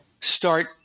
start